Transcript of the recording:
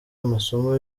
amasomo